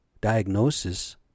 diagnosis